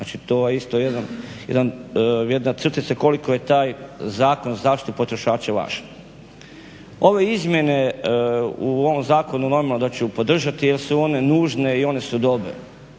Dakle to je isto jedna crtica koliko je taj Zakon o zaštiti potrošača važan. Ove izmjene u ovom zakonu normalno da ću podržati jer su one nužne i one su dobre.